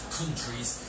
countries